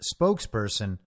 spokesperson